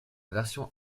version